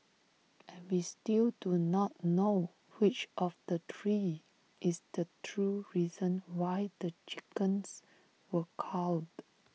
and we still do not know which of the three is the true reason why the chickens were culled